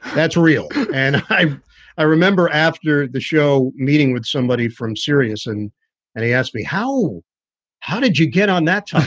that's real. and i i remember after the show meeting with somebody from serious and and he asked me, how how did you get on that?